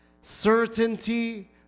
certainty